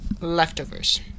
leftovers